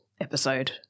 episode